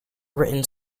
written